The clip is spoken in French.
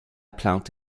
plante